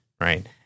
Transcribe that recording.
right